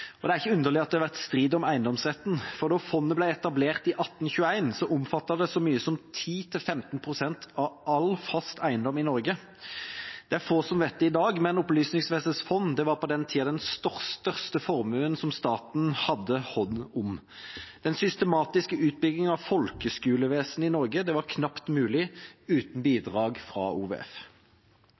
og prestene, mener mange at fondet tilhører Den norske kirke. Andre mener at det er staten som har eiendomsretten. Det er ikke underlig at det har vært strid om eiendomsretten, for da fondet ble etablert i 1821, omfattet det så mye som 10–15 pst. av all fast eiendom i Norge. Det er få som vet det i dag, men Opplysningsvesenets fond var på den tida den største formuen staten hadde hånd om. Den systematiske utbyggingen av folkeskolevesenet i Norge var knapt mulig uten bidrag